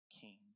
King